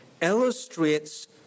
illustrates